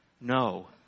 No